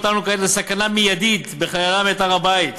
אותנו כעת לסכנה מיידית בחללם את הר-הבית,